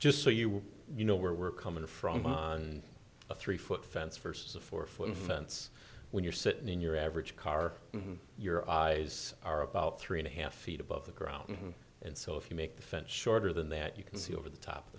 just so you know where we're coming from on a three foot fence versus a four foot fence when you're sitting in your average car and your eyes are about three and a half feet above the ground and so if you make the fence shorter than that you can see over the top of